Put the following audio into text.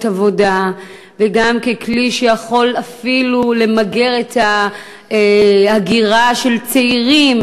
עבודה וגם ככלי שיכול אפילו למגר את ההגירה של צעירים